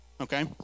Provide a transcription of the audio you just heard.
okay